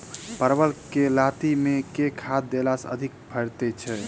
परवल केँ लाती मे केँ खाद्य देला सँ अधिक फरैत छै?